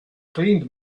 cleaned